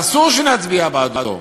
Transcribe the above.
אסור שנצביע עבורו,